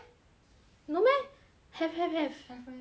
have have have have meh have have